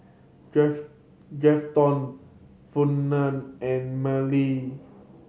Grafton Fernand and Marlee